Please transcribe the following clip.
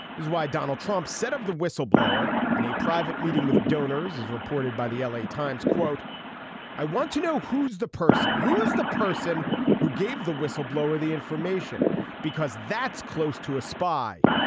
is why donald trump said of the whistleblower in a private meeting with donors as reported by the l a. times quote i want to know who's the person who's the person who gave the whistleblower the information because that's close to a spy.